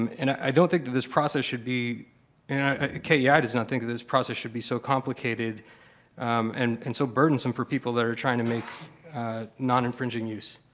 um and i don't think that this process should be and ah kei yeah does not think that this process should be so complicated and and so burdensome for people that are trying to make non-infringing use.